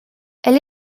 elle